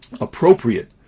appropriate